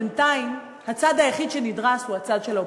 בינתיים הצד היחיד שנדרס הוא הצד של האופוזיציה.